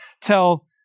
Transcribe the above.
tell